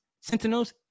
Sentinels